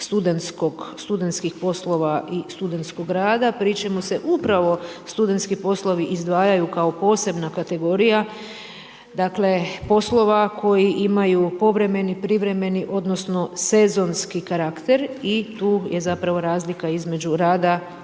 studentskih poslova i studentskog rada pri čemu se upravo studentski poslovi izdvajaju kao posebna kategorija poslova koji imaju povremeno, privremeni odnosno sezonski karakter i tu je zapravo razlika između rada